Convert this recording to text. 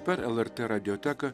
per lrt radioteką